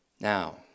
Now